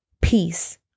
peace